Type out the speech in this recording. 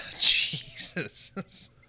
Jesus